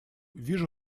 вижу